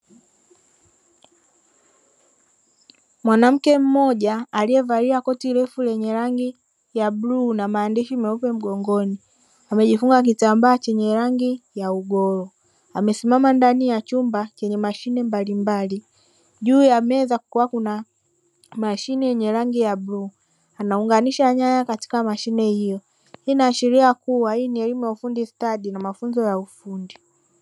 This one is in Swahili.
Mwanamke mmoja aliyevalia koti refu lenye rangi ya bluu na maandishi meupe mgongoni amejifunga kitambaa chenye rangi ya ugoro amesimama ndani ya chumba chenye mashine mbalimbali, juu ya meza kukiwa kuna mashine yenye rangi ya bluu anaunganisha nyaya katika mashine hiyo, inaashiria kuwa hii ni elimu ya ufundi stadi na mafunzo ya ufundi.